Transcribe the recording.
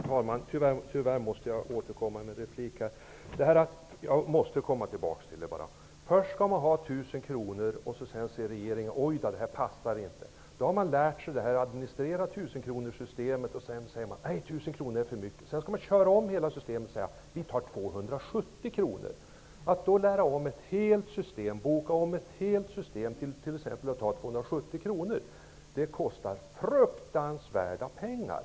Herr talman! Tyvärr måste jag återkomma med en replik. Först skall finansieringsavgiften vara 1 000 kr. Sedan säger regeringen att det inte var bra. Då har man lärt sig att administrera ett system med en avgift på 1 000 kr. Sedan säger regeringen att 1 000 kr är för mycket. Då skall man göra om hela systemet och kanske ta en avgift på 270 kr. Att då ändra hela systemet för att i stället ta 270 kr kostar fruktansvärda pengar.